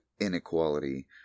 inequality